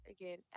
again